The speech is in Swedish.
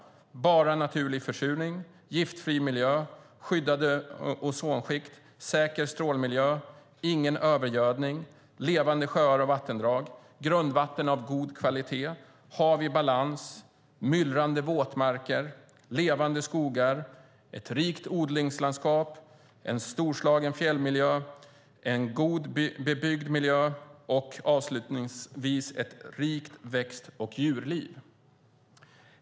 Sedan fortsätter det med Bara naturlig försurning, Giftfri miljö, Skyddande ozonskikt, Säker strålmiljö, Ingen övergödning, Levande sjöar och vattendrag, Grundvatten av god kvalitet, Hav i balans, Myllrande våtmarker, Levande skogar, Ett rikt odlingslandskap, Storslagen fjällmiljö, God bebyggd miljö och, avslutningsvis, Ett rikt växt och djurliv.